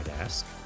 ask